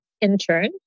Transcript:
intern